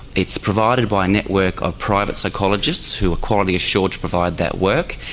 it's provided by a network of private psychologists who are quality assured to provide that work,